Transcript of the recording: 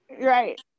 Right